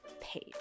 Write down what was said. page